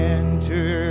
enter